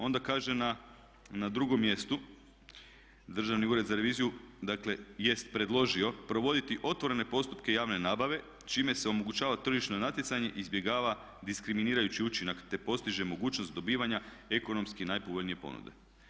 Onda kaže na drugom mjestu Državni ured za reviziju dakle jest predložio provoditi otvorene postupke javne nabave čime se omogućava tržišno natjecanje i izbjegava diskriminirajući učinak te postiže mogućnost dobivanja ekonomski najpovoljnije ponude.